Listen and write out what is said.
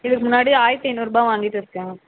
இதுக்கு முன்னாடி ஆயிரத்தி ஐநூறுபாய் வாங்கிட்டிருக்கேன்